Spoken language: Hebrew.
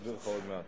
שיציג אותה,